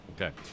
Okay